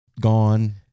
gone